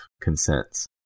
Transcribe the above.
consents